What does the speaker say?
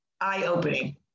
eye-opening